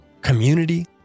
community